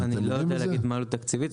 אני לא יודע להגיד מה העלות התקציבית.